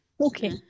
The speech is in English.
Okay